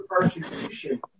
persecution